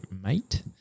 mate